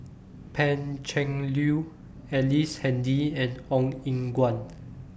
Pan Cheng Lui Ellice Handy and Ong Eng Guan